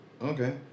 Okay